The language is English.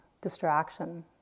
distraction